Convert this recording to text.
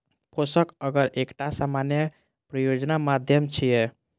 पोषक अगर एकटा सामान्य प्रयोजन माध्यम छियै